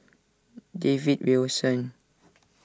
David Wilson